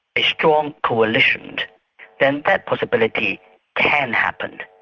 a strong coalition, and then that possibility can happen.